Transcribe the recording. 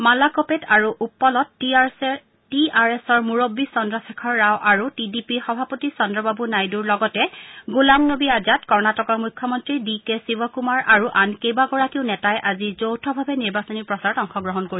মালাক্পেত আৰু উপ্পলত T R এছৰ মুৰববী চন্দ্ৰশেখৰ ৰাও আৰু টিডিপিৰ সভাপতি চন্দ্ৰবাবু নাইডুৰ লগতে গোলাম নবী আজাদ কৰ্ণটকৰ মুখ্যমন্ত্ৰী ডি কে শিৱকুমাৰ আৰু আন কেইবগৰাকীও নেতাই আজি যৌথভাৱে নিৰ্বাচনী প্ৰচাৰত অংশগ্ৰহণ কৰিব